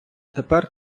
тепер